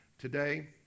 Today